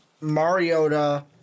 Mariota